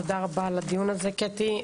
תודה רבה על הדיון הזה קטי.